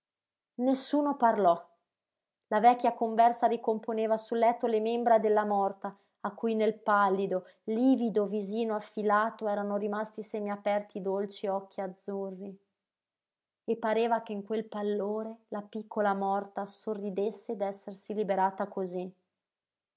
nessuno parlò la vecchia conversa ricomponeva sul letto le membra della morta a cui nel pallido livido visino affilato erano rimasti semiaperti i dolci occhi azzurri e pareva che in quel pallore la piccola morta sorridesse d'essersi liberata cosí